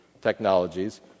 technologies